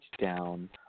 down